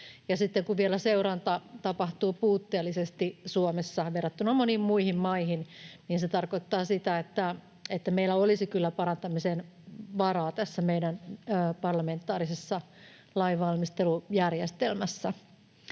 seuranta tapahtuu Suomessa puutteellisesti verrattuna moniin muihin maihin, niin se tarkoittaa sitä, että meillä olisi kyllä parantamisen varaa tässä meidän parlamentaarisessa lainvalmistelujärjestelmässä.